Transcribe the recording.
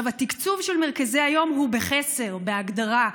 התקצוב של מרכזי היום הוא בחסר, בהגדרה.